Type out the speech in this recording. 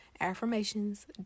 Affirmations